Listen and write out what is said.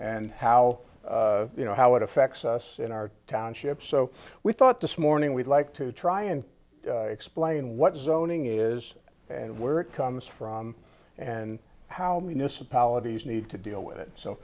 and how you know how it affects us in our township so we thought this morning we'd like to try and explain what zoning is and where it comes from and how municipalities need to deal